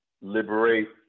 liberate